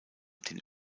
den